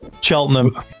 Cheltenham